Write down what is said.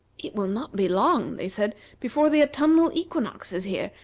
it will not be long, they said, before the autumnal equinox is here,